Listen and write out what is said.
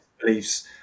beliefs